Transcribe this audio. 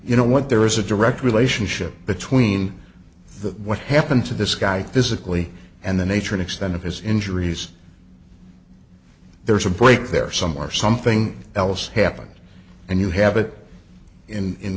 you know what there is a direct relationship between that what happened to this guy physically and the nature and extent of his injuries there's a break there somewhere or something else happened and you have it in